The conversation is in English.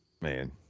Man